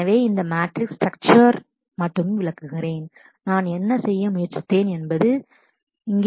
எனவே இந்த மேட்ரிக்ஸின் matrix ஸ்ட்ரக்சர் மட்டும் விளக்குகிறேன் நான் என்ன செய்ய முயற்சித்தேன் என்பது இங்கே மன்னிக்கவும்